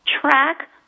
track